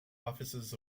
offices